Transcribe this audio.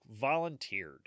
volunteered